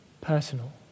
personal